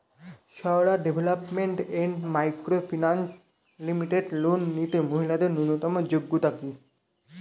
Sarala development and micro finance limited loan নিতে মহিলাদের ন্যূনতম যোগ্যতা কী?